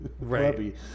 Right